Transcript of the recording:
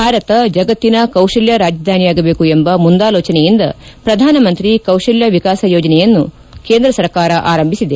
ಭಾರತ ಜಗತ್ತಿನ ಕೌಶಲ್ಯ ರಾಜಧಾನಿಯಾಗಬೇಕು ಎಂಬ ಮುಂದಾಲೋಚನೆಯಿಂದ ಪ್ರಧಾನಮಂತ್ರಿ ಕೌಶಲ್ಯ ವಿಕಾಸ ಯೋಜನೆಯನ್ನು ಕೇಂದ್ರ ಸರ್ಕಾರ ಆರಂಭಿಸಿದೆ